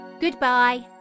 Goodbye